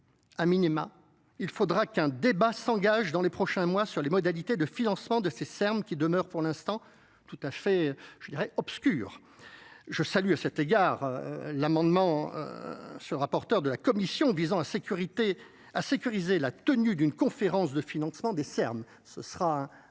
a minima il faudra qu'un débat s'engage dans les prochains mois sur les modalités de financement de ces termes qui demeurent pour l'instant tout à fait je dirais obscur je salue à cet égard, euhh l'amendement. Ce rapporteur de la Commission visant à la sécurité à sécuriser la tenue d'une conférence de financement des Ser Ms, ce sera un